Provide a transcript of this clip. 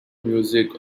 music